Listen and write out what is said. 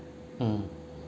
mm